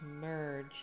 merge